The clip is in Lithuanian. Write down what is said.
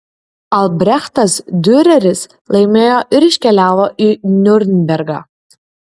albrechtas diureris laimėjo ir iškeliavo į niurnbergą